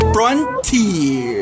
Frontier